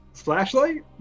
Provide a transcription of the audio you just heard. Flashlight